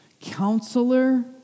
Counselor